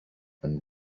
and